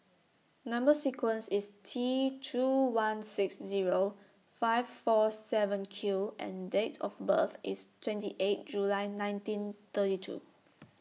Number sequence IS T two one six Zero five four seven Q and Date of birth IS twenty eighth July nineteen thirty two